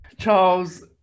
Charles